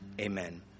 amen